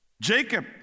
Jacob